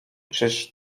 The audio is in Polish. czyż